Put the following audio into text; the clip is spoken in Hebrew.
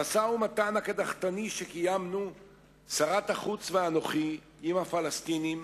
המשא-ומתן הקדחתני שקיימנו שרת החוץ ואנוכי עם הפלסטינים